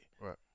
Right